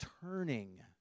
turning